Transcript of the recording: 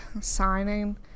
signing